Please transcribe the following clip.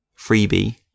freebie